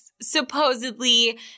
supposedly